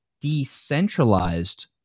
decentralized